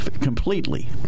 completely